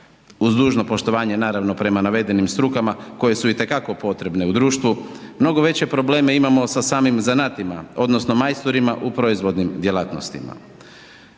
Uz dužno poštovanje prema navedenim strukama koje su itekako potrebna u društvu, mnogo veće probleme imamo sa samim zanatima odnosno majstorima u proizvodnim djelatnostima.